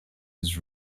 his